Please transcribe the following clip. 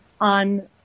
on